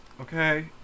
okay